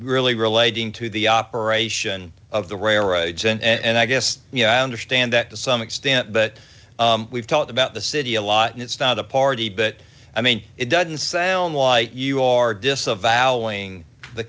really relating to the operation of the railroads and i guess you know i understand that to some extent but we've talked about the city a lot and it's not a party but i mean it doesn't sound like you are disavowing the